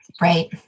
Right